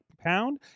Pound